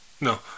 no